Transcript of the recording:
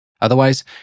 Otherwise